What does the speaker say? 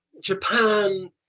Japan